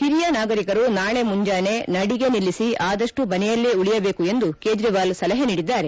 ಹಿರಿಯ ನಾಗರಿಕರು ನಾಳೆ ಮುಂಜಾನೆ ನಡಿಗೆ ನಿಲ್ಲಿಸಿ ಆದಷ್ಟು ಮನೆಯಲ್ಲೇ ಉಳಿಯಬೇಕು ಎಂದು ಕೇಜ್ರವಾಲ್ ಸಲಹೆ ನೀಡಿದ್ದಾರೆ